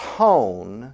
tone